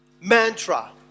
mantra